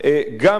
גם אם,